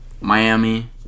Miami